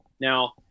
Now